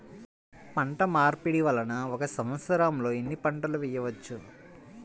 పంటమార్పిడి వలన ఒక్క సంవత్సరంలో ఎన్ని పంటలు వేయవచ్చు?